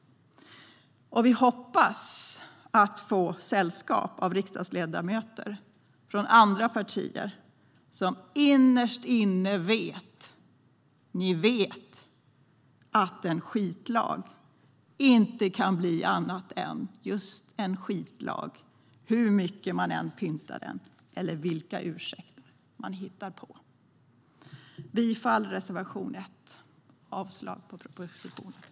Och vi hoppas få sällskap av riksdagsledamöter från andra partier, som innerst inne vet - ni vet - att en skitlag inte kan bli annat än just en skitlag, hur mycket man än pyntar den eller vilka ursäkter man än hittar på. Jag yrkar bifall till reservation 1 och avslag på propositionen.